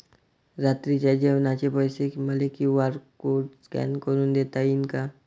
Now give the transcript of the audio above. रात्रीच्या जेवणाचे पैसे मले क्यू.आर कोड स्कॅन करून देता येईन का?